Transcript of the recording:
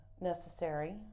necessary